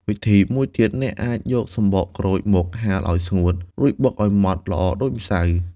វិធីមួយទៀត អ្នកអាចយកសំបកក្រូចមកហាលឲ្យស្ងួត រួចបុកឲ្យម៉ដ្ឋល្អដូចម្សៅ។